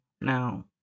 now